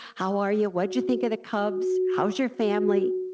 how are you? what'd you think of the cubs? how's your family?